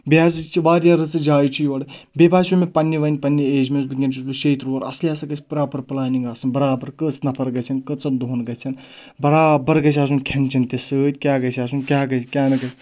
بیٚیہِ ہَسا چھِ واریاہ رٕژٕ جایہِ چھِ یورٕ بیٚیہِ باسِیَو مےٚ پَننہِ وَنہِ پَننہِ ایج منٛز وٕنٛکِیٚن چھُس بہٕ شیٚیہِ ترٛہ وُہَر اَصلی ہَسا گژھِ پراپَر پٕلانِنٛگ آسُن برابر کٔژ نفر گژھن کٕژَن دۄہَن گژھن برابر گژھِ آسُن کھؠن چؠن تہِ سۭتۍ کیاہ گژھِ آسُن کیاہ گژھِ کیاہ نہٕ گژھِ